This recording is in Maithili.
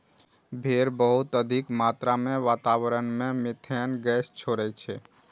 भेड़ बहुत अधिक मात्रा मे वातावरण मे मिथेन गैस छोड़ै छै